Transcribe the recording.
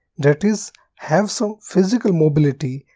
that is have some physical mobility,